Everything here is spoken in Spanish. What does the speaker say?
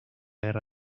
guerra